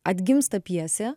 atgimsta pjesė